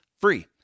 free